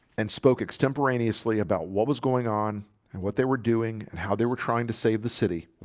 and spoke extemporaneously about what was going on and what they were doing and how they were trying to save the city.